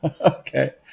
Okay